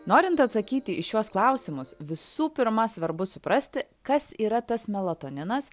norint atsakyti į šiuos klausimus visų pirma svarbu suprasti kas yra tas melatoninas